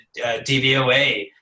DVOA